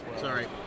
Sorry